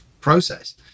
process